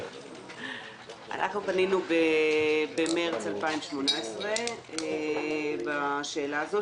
פנינו במרץ 2018 בשאלה הזאת,